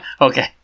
Okay